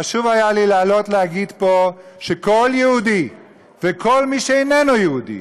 חשוב היה לי לעלות להגיד פה שכל מי שיהודי וכל מי שאיננו יהודי,